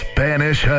Spanish